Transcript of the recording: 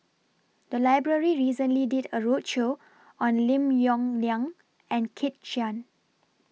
The Library recently did A roadshow on Lim Yong Liang and Kit Chan